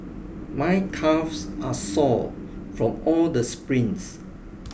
my calves are sore from all the sprints